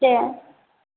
दे